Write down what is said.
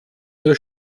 nur